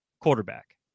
quarterback